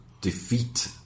defeat